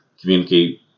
communicate